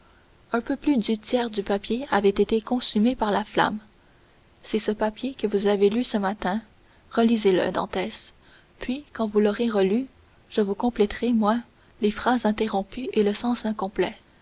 un peu plus du tiers du papier avait été consumé par la flamme c'est ce papier que vous avez lu ce matin relisez le dantès puis quand vous l'aurez relu je vous compléterai moi les phrases interrompues et le